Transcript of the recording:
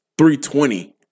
320